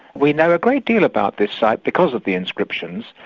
we know a great deal about this site because of the inscriptions.